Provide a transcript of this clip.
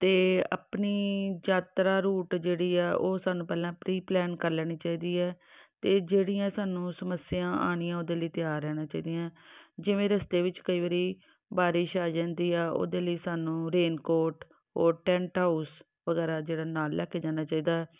ਅਤੇ ਆਪਣੀ ਯਾਤਰਾ ਰੂਟ ਜਿਹੜੀ ਆ ਉਹ ਸਾਨੂੰ ਪਹਿਲਾਂ ਪ੍ਰੀ ਪਲੈਨ ਕਰ ਲੈਣੀ ਚਾਹੀਦੀ ਹੈ ਅਤੇ ਜਿਹੜੀਆਂ ਸਾਨੂੰ ਸਮੱਸਿਆ ਆਉਣੀਆਂ ਉਹਦੇ ਲਈ ਤਿਆਰ ਰਹਿਣਾ ਚਾਹੀਦੀਆਂ ਜਿਵੇਂ ਰਸਤੇ ਵਿੱਚ ਕਈ ਵਾਰੀ ਬਾਰਿਸ਼ ਆ ਜਾਂਦੀ ਆ ਉਹਦੇ ਲਈ ਸਾਨੂੰ ਰੇਨਕੋਟ ਔਰ ਟੈਂਟ ਹਾਊਸ ਵਗੈਰਾ ਜਿਹੜਾ ਨਾਲ ਲੈ ਕੇ ਜਾਣਾ ਚਾਹੀਦਾ